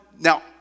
Now